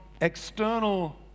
external